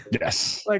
yes